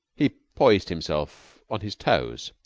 he poised himself on his toes,